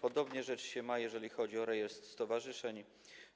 Podobnie rzecz się ma, jeżeli chodzi o rejestr stowarzyszeń,